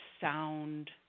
sound